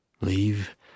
Leave